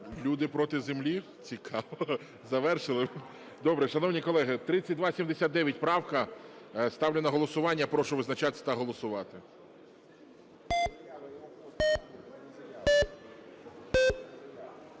Люди проти землі? Цікаво завершили. Добре. Шановні колеги, 3279 правка. Ставлю на голосування. Прошу визначатись та голосувати.